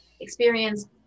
experience